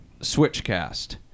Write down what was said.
switchcast